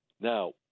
Now